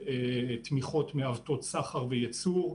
תמיכות מעוותות סחר בייצור.